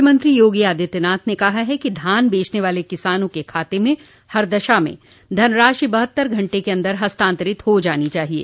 मुख्यमंत्री योगी आदित्यनाथ ने कहा है कि धान बेचने वाले किसानों के खाते में हर दशा में धनराशि बहत्तर घंटे के अन्दर हस्तांतरित हो जानी चाहिये